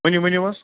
ؤنیو ؤنیو حظ